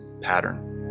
pattern